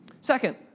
Second